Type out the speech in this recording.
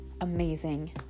amazing